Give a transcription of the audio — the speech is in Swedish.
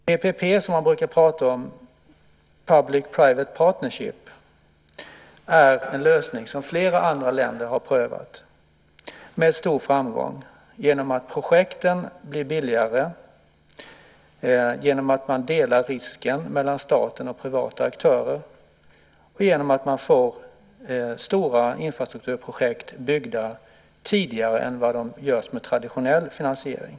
PPP, som man brukar prata om, det vill säga public-private partnership , är en lösning som flera andra länder har prövat med stor framgång genom att projekten blir billigare, genom att man delar risken mellan staten och privata aktörer och genom att man får stora infrastrukturprojekt byggda tidigare än vad som görs med traditionell finansiering.